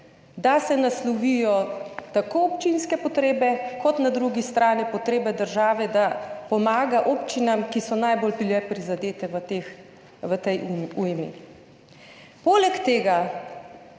da se naslovijo tako občinske potrebe kot na drugi strani potrebe države, da pomaga občinam, ki so bile najbolj prizadete v tej ujmi. Poleg tega